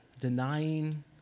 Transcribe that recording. denying